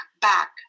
back